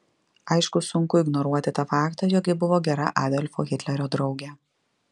aišku sunku ignoruoti tą faktą jog ji buvo gera adolfo hitlerio draugė